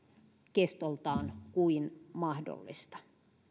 kestoltaan kuin mahdollista